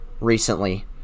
recently